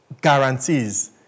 guarantees